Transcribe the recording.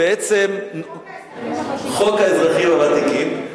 חוק האזרחים הוותיקים,